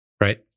right